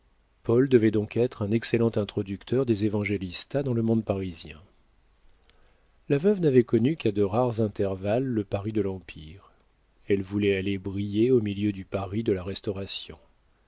paul devait donc être un excellent introducteur des évangélista dans le monde parisien la veuve n'avait connu qu'à de rares intervalles le paris de l'empire elle voulait aller briller au milieu du paris de la restauration